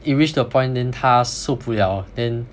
it reach the point then 他受不了 then